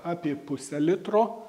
apie pusę litro